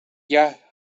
jag